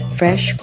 fresh